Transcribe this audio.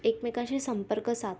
एकमेकांशी संपर्क साधतात